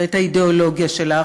ואת האידיאולוגיה שלך,